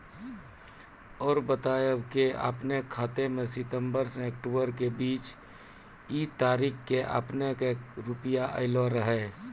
और बतायब के आपके खाते मे सितंबर से अक्टूबर के बीज ये तारीख के आपके के रुपिया येलो रहे?